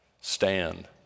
stand